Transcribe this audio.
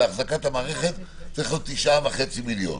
לאחזקת המערכת צריך להיות 9.5 מיליון.